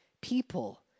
people